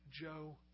Joe